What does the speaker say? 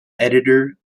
editor